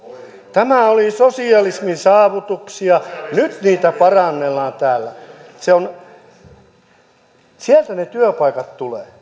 tämä oli sosialismin saavutuksia ja nyt niitä parannellaan täällä sieltä ne työpaikat tulevat